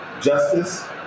Justice